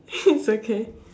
it's okay